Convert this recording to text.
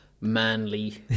manly